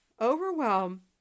Overwhelm